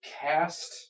cast